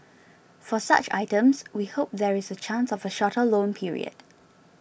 for such items we hope there is a chance of a shorter loan period